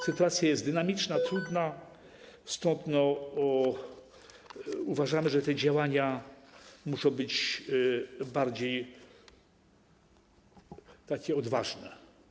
Sytuacja jest dynamiczna, trudna, stąd uważamy, że te działania muszą być bardziej odważne.